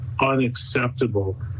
unacceptable